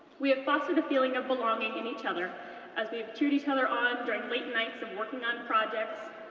we have fostered a feeling of belonging in each other as we have cheered each other on during late nights of working on projects,